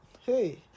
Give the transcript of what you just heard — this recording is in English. Hey